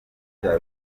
cya